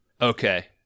Okay